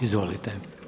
Izvolite.